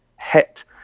hit